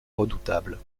redoutable